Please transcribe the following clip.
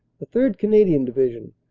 the third. canadian division,